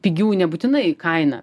pigių nebūtinai kaina